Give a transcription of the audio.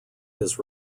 his